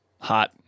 Hot